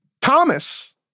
Thomas